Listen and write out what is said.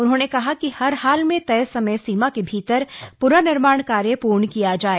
उन्होंने कहा कि हर हाल में तय समय सीमा के भीतर प्नर्निर्माण कार्य पूर्ण किया जाए